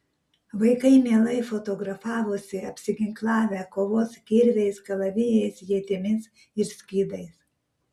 vaikai mielai fotografavosi apsiginklavę kovos kirviais kalavijais ietimis ir skydais